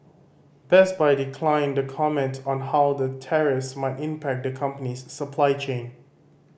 Best Buy declined to comment on how the tariffs might impact the company's supply chain